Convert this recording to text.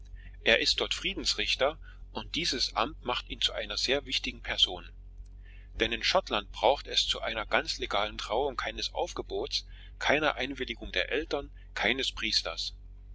er ist dort friedensrichter und dies amt macht ihn zu einer sehr wichtigen person denn in schottland braucht es zu einer ganz legalen trauung keines aufgebots keiner einwilligung der eltern keines priesters